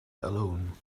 alone